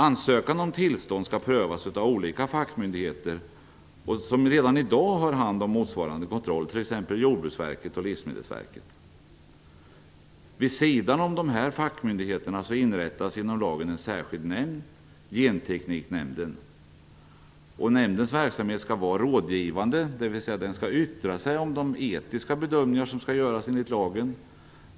Ansökan om tillstånd skall prövas av olika fackmyndigheter som redan i dag har hand om motsvarande kontroll, t.ex. Jordbruksverket och Vid sidan av dessa fackmyndigheter inrättas genom lagen en särskild nämnd, Gentekniknämnden. Nämndens verksamhet skall vara rådgivande, dvs. att den skall yttra sig om de etiska bedömningar som skall göras enligt lagen.